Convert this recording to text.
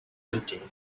empty